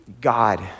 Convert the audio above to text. God